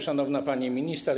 Szanowna Pani Minister!